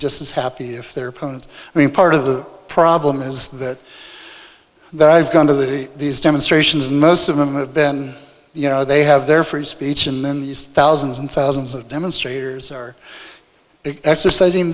just as happy if their opponents i mean part of the problem is that that i've gone to the these demonstrations most of them have been you know they have their free speech and then these thousands and thousands of demonstrators are exercising